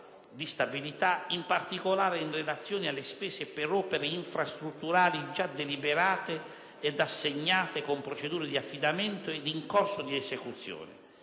di stabilità, in particolare in relazione alle spese per opere infrastrutturali già deliberate ed assegnate con procedura di affidamento ed in corso di esecuzione.